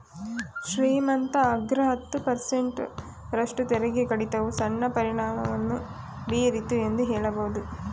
ಶ್ರೀಮಂತ ಅಗ್ರ ಹತ್ತು ಪರ್ಸೆಂಟ್ ರಷ್ಟು ತೆರಿಗೆ ಕಡಿತವು ಸಣ್ಣ ಪರಿಣಾಮವನ್ನು ಬೀರಿತು ಎಂದು ಹೇಳಬಹುದು